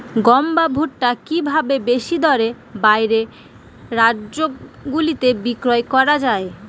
গম বা ভুট্ট কি ভাবে বেশি দরে বাইরের রাজ্যগুলিতে বিক্রয় করা য়ায়?